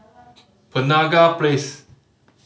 Penaga Place